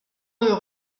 deux